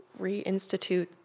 reinstitute